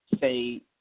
say